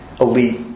elite